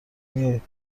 میای